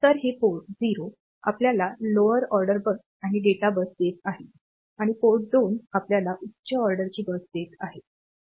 तर हे पोर्ट 0 आपल्याला लोअर ऑर्डर बस आणि डेटा बस देत आहे आणि पोर्ट 2 आपल्याला उच्च ऑर्डरची बस देत आहे